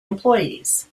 employees